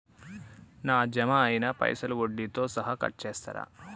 నా జమ అయినా పైసల్ వడ్డీతో సహా కట్ చేస్తరా?